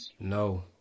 No